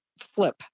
flip